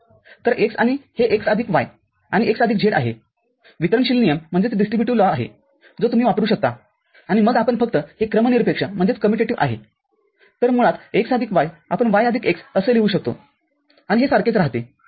तर x आणि हे x आदिक y आणि x आदिक z आहे हा वितरणशील नियम आहे जो तुम्ही वापरू शकता आणि मग आपण फक्त हे क्रमनिरपेक्षआहे तरमुळात x आदिक y आपण y आदिक x असे लिहू शकतो आणि हे सारखेच राहते